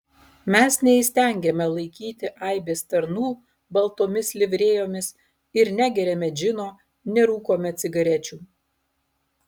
mes neįstengiame laikyti aibės tarnų baltomis livrėjomis ir negeriame džino nerūkome cigarečių